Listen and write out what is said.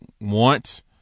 want